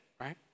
right